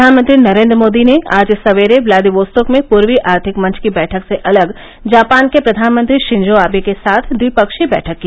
प्रधानमंत्री नरेन्द्र मोदी ने आज सकेरे व्लादिवोस्तोक में पूर्वी आर्थिक मंच की बैठक से अलग जापान के प्रधानमंत्री रिंजो आबे के साथ द्विपक्षीय बैठक की